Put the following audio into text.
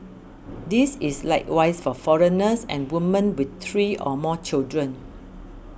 this is likewise for foreigners and women with three or more children